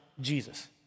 Jesus